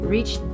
Reach